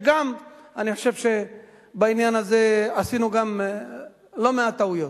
וגם בעניין הזה עשינו לא מעט טעויות.